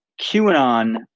QAnon